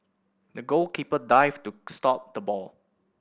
the goalkeeper dived to stop the ball